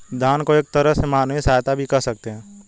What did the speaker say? दान को एक तरह से मानवीय सहायता भी कह सकते हैं